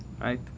right